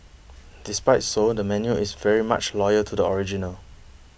despite so the menu is very much loyal to the original